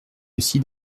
aussi